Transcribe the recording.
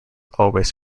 always